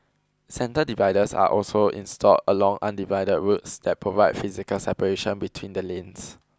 centre dividers are also installed along undivided roads that provide physical separation between the lanes